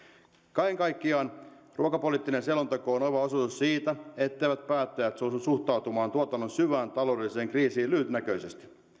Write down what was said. kaiken kaikkiaan ruokapoliittinen selonteko on oiva osoitus siitä etteivät päättäjät suostu suhtautumaan tuotannon syvään taloudelliseen kriisiin lyhytnäköisesti